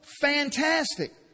fantastic